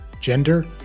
gender